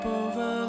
over